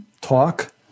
talk